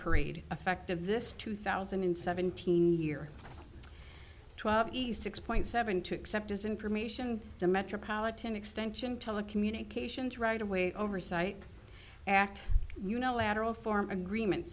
parade effect of this two thousand and seventeen year east six point seven two except as information the metropolitan extension telecommunications right away oversight act unilateral form agreements